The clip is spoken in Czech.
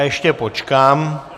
Ještě počkám.